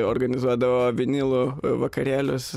organizuodavo vinilų vakarėlius